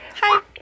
Hi